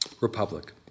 Republic